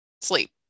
sleep